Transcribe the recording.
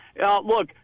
look